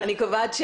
קובעת